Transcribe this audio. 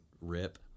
rip